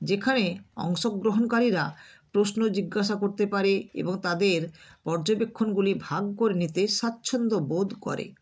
যেখানে অংশগ্রহণকারীরা প্রশ্ন জিজ্ঞাসা করতে পারে এবং তাদের পর্যবেক্ষণগুলি ভাগ করে নিতে স্বাচ্ছন্দ্যবোধ করে